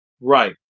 Right